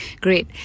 great